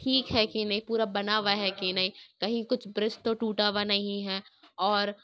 ٹھیک ہے کہ نہیں پورا بنا ہوا ہے کہ نہیں کہیں کچھ برج تو ٹوٹا ہوا نہیں ہے اور